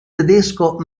tedesco